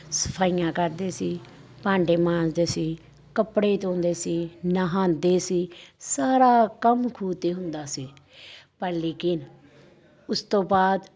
ਸਫ਼ਾਈਆਂ ਕਰਦੇ ਸੀ ਭਾਂਡੇ ਮਾਂਜਦੇ ਸੀ ਕੱਪੜੇ ਧੋਂਦੇ ਸੀ ਨਹਾਉਂਦੇ ਸੀ ਸਾਰਾ ਕੰਮ ਖੂਹ 'ਤੇ ਹੁੰਦਾ ਸੀ ਪਰ ਲੇਕਿਨ ਉਸ ਤੋਂ ਬਾਅਦ